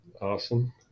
Awesome